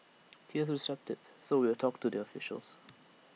he was receptive so we will talk to their officials